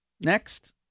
Next